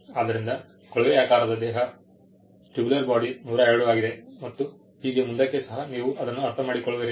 ಆದ್ದರಿಂದ ಕೊಳವೆಯಾಕಾರದ ದೇಹವು 102 ಆಗಿದೆ ಮತ್ತು ಹೀಗೆ ಮುಂದಕ್ಕೂ ಸಹ ನೀವು ಅದನ್ನು ಅರ್ಥಮಾಡಿಕೊಳ್ಳುವಿರಿ